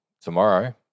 tomorrow